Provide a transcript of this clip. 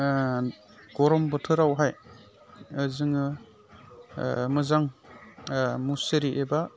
गरम बोथोरावहाय जोङो मोजां मुसेरि एबा